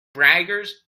braggers